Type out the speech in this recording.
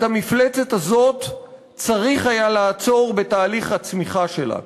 את המפלצת הזאת צריך היה לעצור בתהליך הצמיחה שלה.